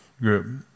group